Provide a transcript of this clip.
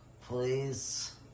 Please